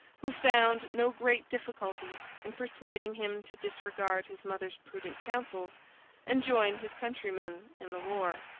who found no great difficulty in persuading him to disregard his mother's prudent counsels and join his countrymen in the war.